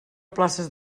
places